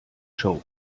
show